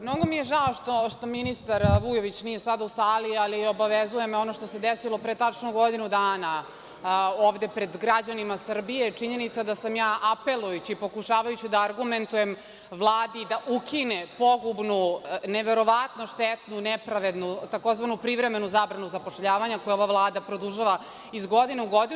Mnogo mi je žao što ministra Vujović nije sada u sali, ali obavezuje me ono što se desilo pre tačno godinu dana ovde pred građanima Srbije činjenica da sam ja apelujući, pokušavajući da argumentujem Vladi da ukine pogubnu, neverovatno štetnu, nepravednu tzv. privremenu zabranu zapošljavanja koju je ova Vlada produžila iz godine u godinu.